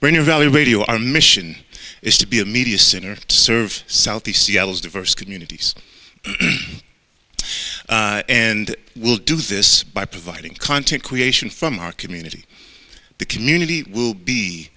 bringing value radio our mission is to be a media center to serve southeast seattle's diverse communities and we'll do this by providing content creation from our community the community will be